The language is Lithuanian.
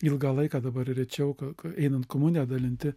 ilgą laiką dabar rečiau ko ko einant komuniją dalinti